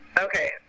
okay